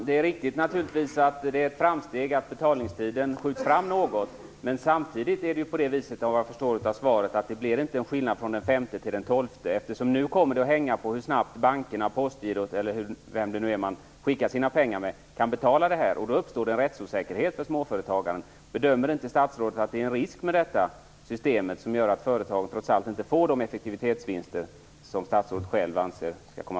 Herr talman! Det är naturligtvis riktigt att det är ett framsteg att betalningstiden skjuts fram något. Samtidigt blir det inte, om jag förstår svaret rätt, en skillnad från den 5 till den 12. Nu kommer det i stället att hänga på hur snabbt bankerna, Postgirot eller vem man nu skickar sina pengar med kan betala. Då uppstår en rättsosäkerhet för småföretagaren. Bedömer inte statsrådet att det finns en risk att företagen med det här systemet trots allt inte får de effektivitetsvinster som statsrådet själv anser skall komma?